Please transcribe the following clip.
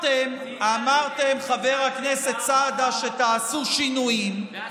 אמרתם, חבר הכנסת סעדה, שתעשו שינויים, ועשינו.